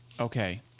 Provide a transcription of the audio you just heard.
okay